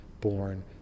born